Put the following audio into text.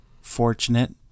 fortunate